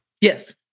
Yes